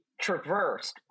traversed